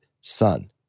son